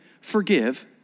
forgive